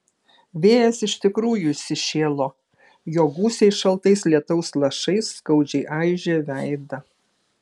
vėjas iš tikrųjų įsišėlo jo gūsiai šaltais lietaus lašais skaudžiai aižė veidą